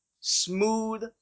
smooth